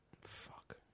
Fuck